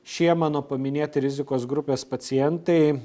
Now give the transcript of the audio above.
šie mano paminėti rizikos grupės pacientai